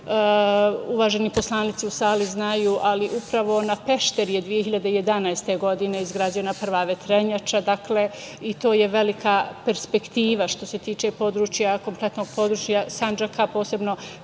uvaženi poslanici u sali znaju, ali upravo na Pešteri je 2011. godine izgrađena prva vetrenjača, dakle, i to je velika perspektiva. Što se tiče područja, kompletnog područja Sandžaka, posebno